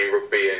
rugby